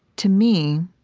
to me,